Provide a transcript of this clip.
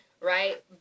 Right